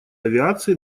авиации